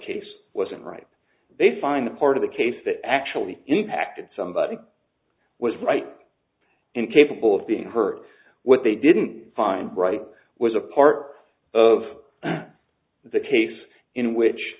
case wasn't right they find the part of the case that actually impacted somebody was right incapable of being heard what they didn't find right was a part of the case in which